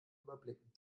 überblicken